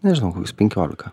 nežinau koks penkiolika